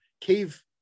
cave